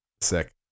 Sick